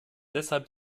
deshalb